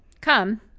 Come